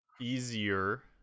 easier